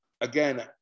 again